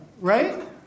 Right